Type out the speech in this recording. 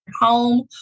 home